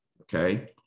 okay